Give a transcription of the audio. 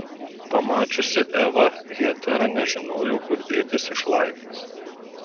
pamačiusi evą hetera nežinojo kur dėtis iš laimės